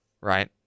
right